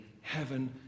heaven